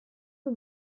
que